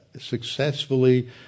successfully